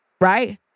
right